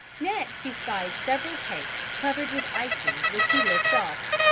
next he spied several cakes covered with icing which he licked off.